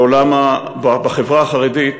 בחברה החרדית,